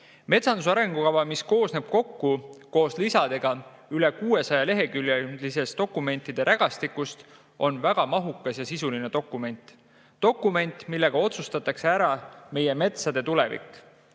Metsanduse arengukava, mis koosneb kokku koos lisadega üle 600-leheküljelisest dokumentide rägastikust, on väga mahukas ja sisuline dokument. See on dokument, millega otsustatakse ära meie metsade tulevik.